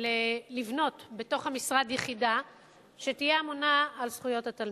לבנות בתוך המשרד יחידה שתהיה אמונה על זכויות התלמיד.